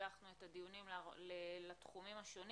פילחנו את הדיונים לתחומים השונים